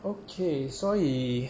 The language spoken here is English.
okay 所以